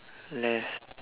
left